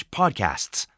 podcasts